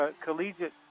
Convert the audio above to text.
collegiate